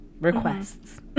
requests